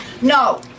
No